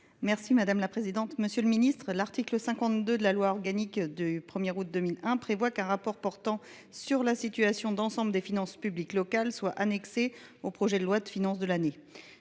Mme Nadège Havet. Monsieur le ministre, l’article 52 de la loi organique du 1 août 2001 prévoit qu’un rapport portant sur la situation d’ensemble des finances publiques locales soit annexé au projet de loi de finances de l’année.